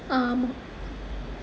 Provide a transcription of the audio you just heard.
ஆமா:aamaa